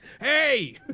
Hey